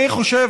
אני חושב,